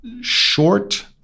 short